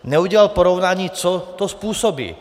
Neudělal porovnání, co to způsobí.